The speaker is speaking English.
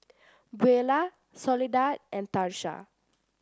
Beulah Soledad and Tarsha